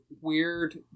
weird